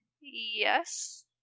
Yes